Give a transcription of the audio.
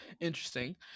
interesting